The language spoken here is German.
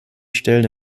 stellen